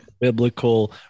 biblical